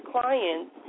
clients